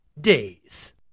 days